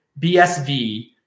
BSV